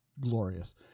glorious